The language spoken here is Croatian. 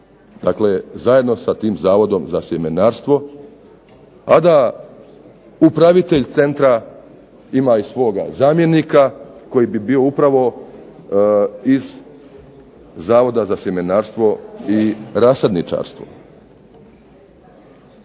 dakle zajedno sa tim Zavodom za sjemenarstvo, a da upravitelj centra ima i svoga zamjenika koji bi bio upravo iz Zavoda za sjemenarstvo i rasadničarstvo.